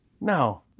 No